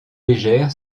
légère